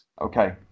Okay